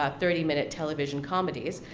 ah thirty minute television comedies,